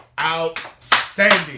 outstanding